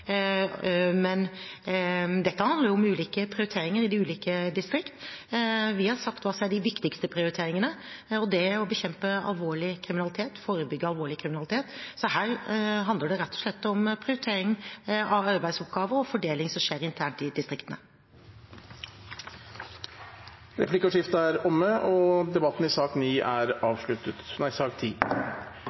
Dette handler om ulike prioriteringer i de ulike distriktene. Vi har sagt hva som er våre viktigste prioriteringer, og det er å bekjempe og forebygge alvorlig kriminalitet. Her handler det rett og slett om prioritering og fordeling av arbeidsoppgaver som skjer internt i distriktene. Replikkordskiftet er omme. Flere har ikke bedt om ordet til sak